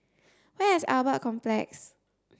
where is Albert Complex